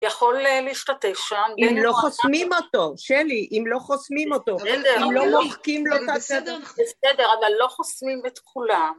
יכול להשתתף שם. אם לא חוסמים אותו, שלי, אם לא חוסמים אותו, אם לא מוחקים לו את הסדר. בסדר, אבל לא חוסמים את כולם.